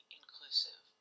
inclusive